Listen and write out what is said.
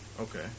Okay